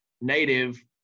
native